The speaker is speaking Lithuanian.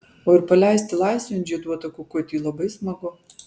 o ir paleisti laisvėn žieduotą kukutį labai smagu